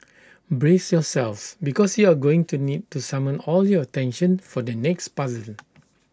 brace yourselves because you're going to need to summon all your attention for the next puzzle